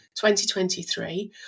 2023